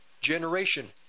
generation